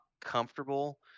comfortable